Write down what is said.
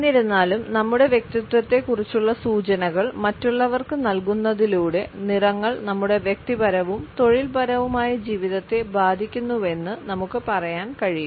എന്നിരുന്നാലും നമ്മുടെ വ്യക്തിത്വത്തെക്കുറിച്ചുള്ള സൂചനകൾ മറ്റുള്ളവർക്ക് നൽകുന്നതിലൂടെ നിറങ്ങൾ നമ്മുടെ വ്യക്തിപരവും തൊഴിൽപരവുമായ ജീവിതത്തെ ബാധിക്കുന്നുവെന്ന് നമുക്ക് പറയാൻ കഴിയും